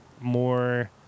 more